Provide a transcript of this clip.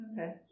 Okay